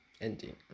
ending